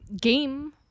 game